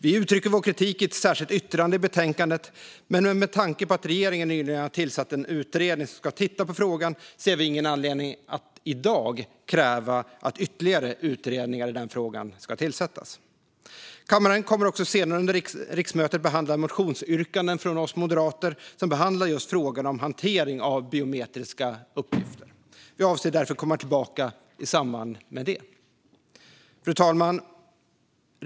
Vi uttrycker vår kritik i ett särskilt yttrande i betänkandet, men med tanke på att regeringen nyligen har tillsatt en utredning som ska titta på frågan ser vi ingen anledning att i dag kräva att ytterligare utredningar av frågan ska tillsättas. Kammaren kommer också senare under riksmötet att behandla motionsyrkanden från oss moderater som behandlar just frågan om hantering av biometriska uppgifter. Vi avser därför att komma tillbaka i samband med det. Fru talman!